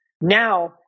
Now